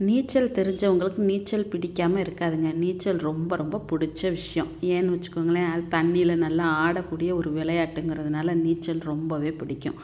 நீச்சல் தெரிஞ்சவங்களுக்கு நீச்சல் பிடிக்காமல் இருக்காதுங்க நீச்சல் ரொம்ப ரொம்ப பிடிச்ச விஷயம் ஏன்னெனு வெச்சுக்கோங்களேன் அது தண்ணியில் நல்லா ஆடக்கூடிய ஒரு விளையாட்டுங்கிறதுனால நீச்சல் ரொம்பவே பிடிக்கும்